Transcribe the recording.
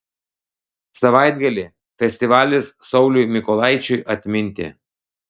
savaitgalį festivalis sauliui mykolaičiui atminti